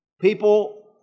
People